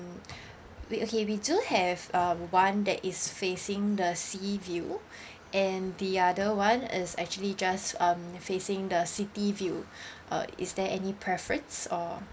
we okay we do have um one that is facing the sea view and the other one is actually just um facing the city view uh is there any preference or